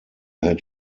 had